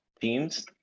teams